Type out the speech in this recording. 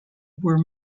were